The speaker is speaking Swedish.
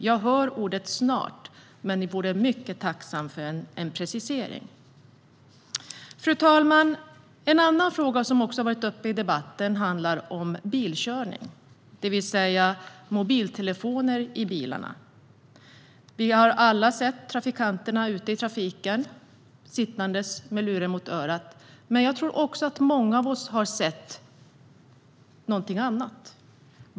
Jag hör ordet snart, men det vore mycket tacksamt med en precisering. Fru talman! En annan fråga som också har varit uppe i debatten handlar om bilkörning, det vill säga mobiltelefoner i bilarna. Vi har alla sett trafikanter ute i trafiken sittandes med luren mot örat, men jag tror också att många av oss har sett något annat.